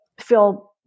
feel